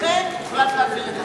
לכן הוחלט להעביר את זה.